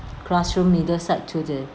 classroom either side to the